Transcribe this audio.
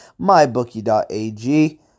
mybookie.ag